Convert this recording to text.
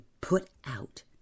put-out